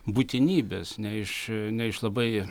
būtinybės ne iš ne iš labai